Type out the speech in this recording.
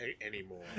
anymore